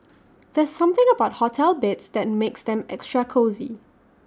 there's something about hotel beds that makes them extra cosy